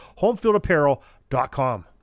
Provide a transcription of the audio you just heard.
homefieldapparel.com